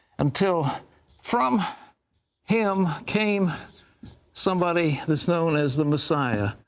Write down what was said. until from him came somebody that's known as the messiah,